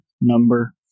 number